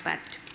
kiitos